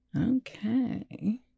Okay